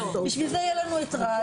בשביל זה יהיה לנו את רז.